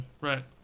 Right